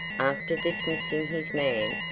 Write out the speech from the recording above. after dismissing his man,